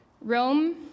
Rome